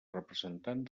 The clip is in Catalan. representant